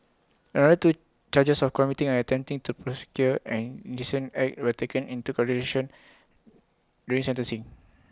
another two charges of committing and attempting to procure an indecent act were taken into consideration during sentencing